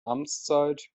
amtszeit